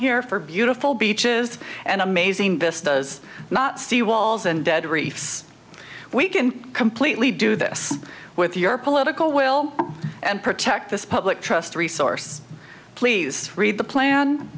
here for beautiful beaches and amazing this does not sea walls and dead reefs we can completely do this with your political will and protect this public trust resource please read the plan